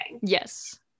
yes